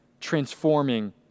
transforming